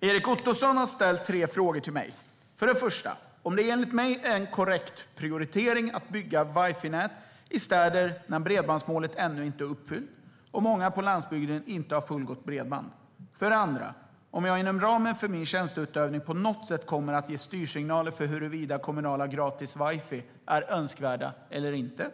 Erik Ottoson har ställt tre frågor till mig. För det första har han frågat om det enligt mig är en korrekt prioritering att bygga wifi-nät i städer när bredbandsmålet ännu inte är uppfyllt och många på landsbygden inte har fullgott bredband. För det andra har han frågat om jag inom ramen för min tjänsteutövning på något sätt kommer att ge styrsignaler för huruvida kommunala gratis wifi är önskvärda eller inte.